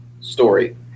story